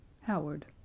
Howard